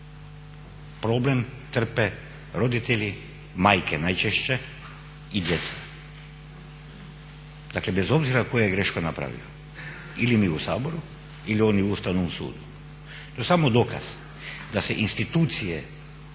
problem trpe roditelji, majke najčešće i djeca. Dakle bez obzira tko je grešku napravio ili mi u Saboru ili oni u Ustavnom sudu. To je samo dokaz da se institucije